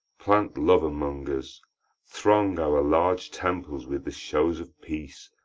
plant love among's! throng our large temples with the shows of peace,